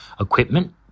equipment